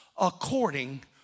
according